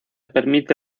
permite